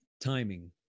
Timing